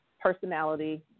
personality